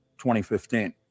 2015